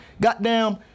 goddamn